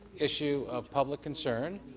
issue of public concern,